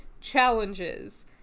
challenges